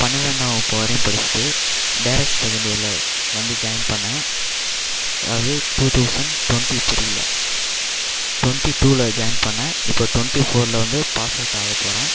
பனிரெண்டாம் வகுப்பு வரையும் படிச்சுட்டு டைரக்ட் செகண்ட் இயரில் வந்து ஜாயின் பண்ணிணேன் அதாவது டூ தொளசண்ட் டுவெண்ட்டி த்ரீயில் டுவெண்ட்டி டூவில் ஜாயின் பண்ணிணேன் இப்போது டுவெண்ட்டி ஃபோரில் வந்து பாஸ் அவுட் ஆகப்போகிறேன்